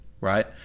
right